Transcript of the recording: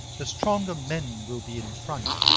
the stronger men will be in front,